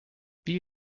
wie